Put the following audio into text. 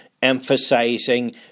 emphasizing